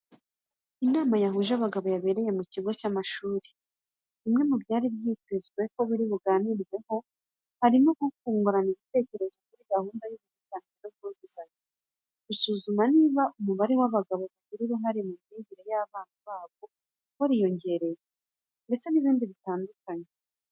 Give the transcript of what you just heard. Inama yahuje abagabo yabereye ku kigo cy'amashuri. Bimwe mu byari byitezwe ko biri buganirweho harimo nko kungurana ibitekerezo kuri gahunda y'uburinganire n'ubwuzuzanye, gusuzuma niba umubare w'abagabo bagira uruhare mu myigire y'abana babo wariyongereye, ndetse n'ibindi bitandukanye.